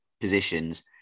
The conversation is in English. positions